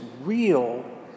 real